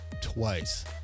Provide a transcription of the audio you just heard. twice